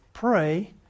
pray